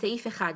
בסעיף 1,